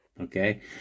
Okay